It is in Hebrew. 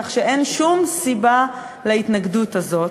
כך שאין שום סיבה להתנגדות הזאת.